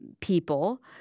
people